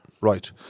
Right